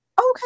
Okay